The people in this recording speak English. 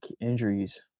injuries